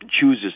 chooses